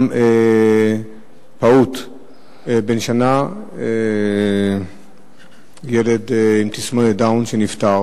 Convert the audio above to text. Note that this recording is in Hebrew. גם פעוט בן שנה, ילד עם תסמונת דאון, נפטר,